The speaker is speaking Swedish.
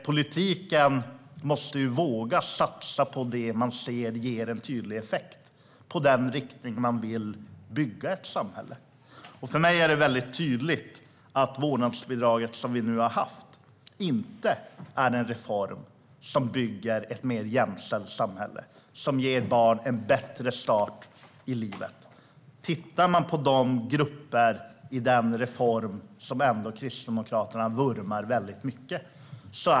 Politiken måste våga satsa på det man ser ger en tydlig effekt i den riktning man vill ha när man bygger ett samhälle. För mig är det väldigt tydligt att det vårdnadsbidrag som vi haft inte inneburit en reform som bygger ett mer jämställt samhälle och som ger barn en bättre start i livet. Man kan titta på hur olika grupper påverkats av denna reform, som Kristdemokraterna vurmar så mycket för.